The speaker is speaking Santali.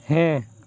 ᱦᱮᱸ